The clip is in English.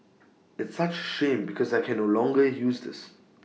it's such A shame because I can no longer use this